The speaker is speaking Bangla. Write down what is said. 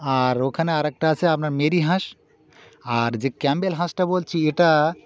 আর ওখানে আরেকটা আছে আপনার মেরি হাঁস আর যে ক্যাম্পবেল হাঁসটা বলছি এটা